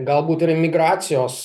galbūt ir imigracijos